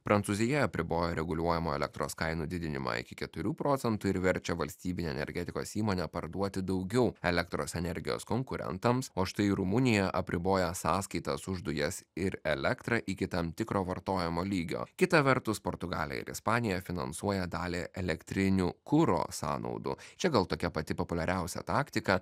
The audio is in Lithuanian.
prancūzija apriboja reguliuojamų elektros kainų didinimą iki keturių procentų ir verčia valstybinę energetikos įmonę parduoti daugiau elektros energijos konkurentams o štai rumunija apriboja sąskaitas už dujas ir elektrą iki tam tikro vartojimo lygio kita vertus portugalija ir ispanija finansuoja dalį elektrinių kuro sąnaudų čia gal tokia pati populiariausia taktika